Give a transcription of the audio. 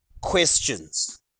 questions